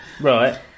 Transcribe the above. Right